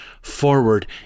forward